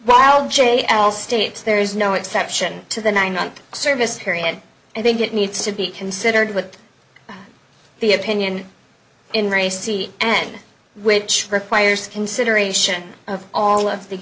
while j l states there is no exception to the nine month service period i think it needs to be considered with the opinion in re seat and which requires consideration of all of the